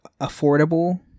affordable